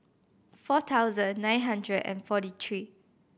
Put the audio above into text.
four thousand nine hundred and forty three